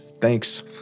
Thanks